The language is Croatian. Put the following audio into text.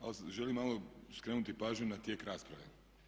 Ali želim malo skrenuti pažnju na tijek rasprave.